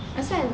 asal